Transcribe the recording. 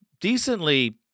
decently